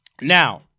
Now